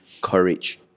courage